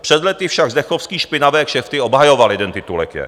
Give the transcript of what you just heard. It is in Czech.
Před lety však Zdechovský špinavé kšefty obhajoval jeden titulek je.